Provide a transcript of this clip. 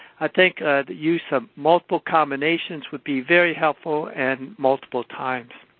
i think use of multiple combinations would be very helpful and multiple times.